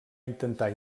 intentar